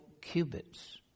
cubits